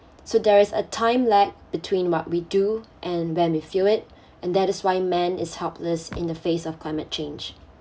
so there is a time lag between what we do and when we feel it and that is why man is helpless in the face of climate change